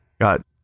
Got